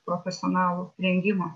profesionalų rengimo